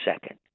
second